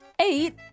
eight